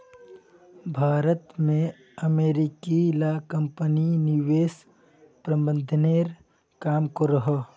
भारत में अमेरिकी ला कम्पनी निवेश प्रबंधनेर काम करोह